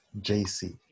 JC